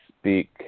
speak